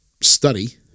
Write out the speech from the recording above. study